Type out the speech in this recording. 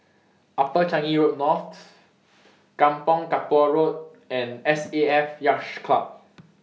Upper Changi Road North Kampong Kapor Road and SAF Yacht Club